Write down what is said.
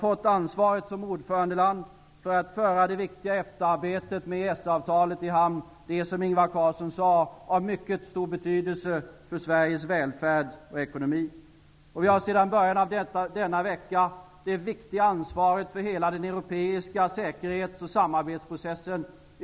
Sverige har som ordförandeland fått ansvaret att föra det viktiga efterarbetet med EES-avtalet i hamn. Det har, som Ingvar Carlsson sade, mycket stor betydelse för Vi har sedan början av denna vecka det viktiga ansvaret för hela den europeiska säkerhets och samarbetsprocessen.